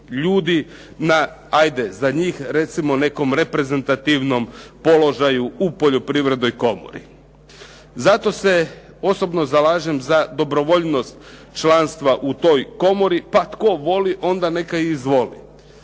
na, 'ajde za njih recimo nekom reprezentativnom položaju u Poljoprivrednoj komori. Zato se osobno zalažem za dobrovoljnost članstva u toj komori pa tko voli onda neka i izvoli.